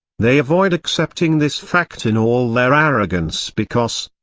they avoid accepting this fact in all their arrogance because,